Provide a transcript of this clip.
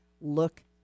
look